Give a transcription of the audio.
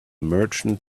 merchant